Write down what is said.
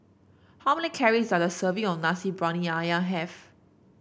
how many calories does a serving of Nasi Briyani ayam have